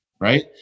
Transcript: right